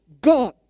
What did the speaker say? God